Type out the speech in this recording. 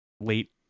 late